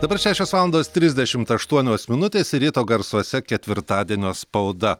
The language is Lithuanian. dabar šešios valandos trisdešimt aštuonios minutės ir ryto garsuose ketvirtadienio spauda